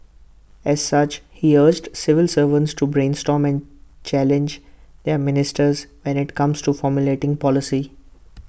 as such he urged civil servants to brainstorm and challenge their ministers when IT comes to formulating policy